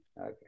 Okay